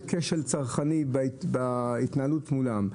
בכשל צרכני בהתנהלות מולם.